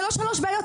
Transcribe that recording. זה לא שלוש בעיות,